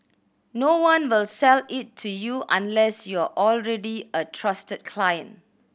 no one will sell it to you unless you're already a trusted client